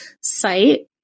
site